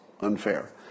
unfair